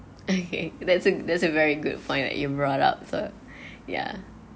okay there's a there's a very good that you brought out the ya